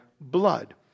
blood